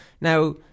now